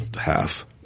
half